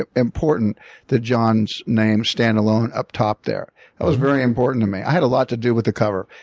ah important that jon's name stand alone up top, there. that was very important to me. i had a lot to do with the cover,